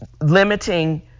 limiting